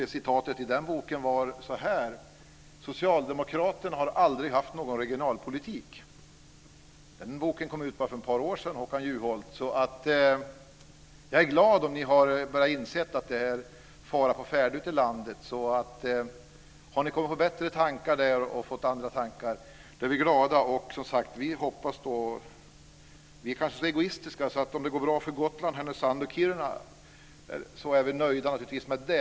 I den boken stod det att Socialdemokraterna aldrig har haft någon regionalpolitik. Den boken kom ut för bara ett par år sedan, Håkan Juholt. Jag är därför glad om ni har börjat inse att det är fara på färde ute i landet. Om ni har kommit på bättre tankar där så är vi glada. Vi kanske är egoistiska. Vi är naturligtvis nöjda om det går bra för Gotland, Härnösand och Kiruna.